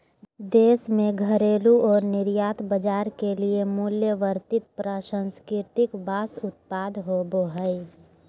देश में घरेलू और निर्यात बाजार के लिए मूल्यवर्धित प्रसंस्कृत बांस उत्पाद होबो हइ